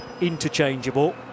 interchangeable